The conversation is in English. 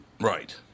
Right